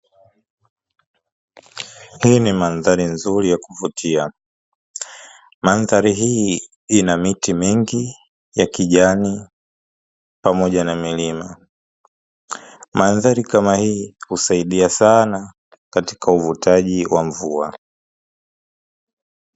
Hii ni mandhari nzuri ya kuvutia, mandhari hii ina miti mingi ya kijani pamoja na milima, mandhari kama hii husaidia sana katika uvutaji wa mvua.